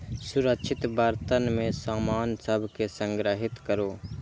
सुरक्षित बर्तन मे सामान सभ कें संग्रहीत करू